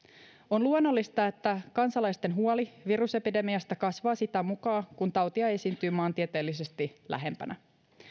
on luonnollista että kansalaisten huoli virusepidemiasta kasvaa sitä mukaa kun tautia esiintyy maantieteellisesti lähempänä